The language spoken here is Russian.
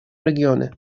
регионе